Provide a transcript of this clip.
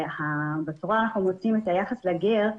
בתורה אנחנו מוצאים את היחס לגר,